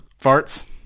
Farts